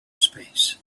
space